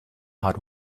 hot